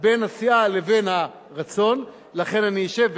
בין עשייה לבין הרצון, לכן אשב ואמנע,